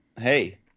Hey